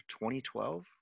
2012